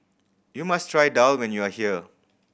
you must try daal when you are here